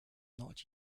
not